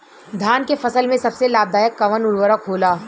धान के फसल में सबसे लाभ दायक कवन उर्वरक होला?